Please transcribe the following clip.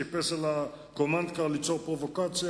טיפס על הקומנדקר ליצור פרובוקציה,